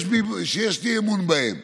שיש לי אמון בהם,